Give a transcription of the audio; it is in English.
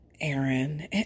Aaron